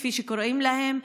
כפי שקוראים להם,